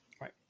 Right